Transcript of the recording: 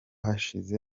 hashije